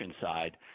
side